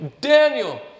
Daniel